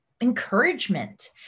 encouragement